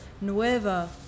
Nueva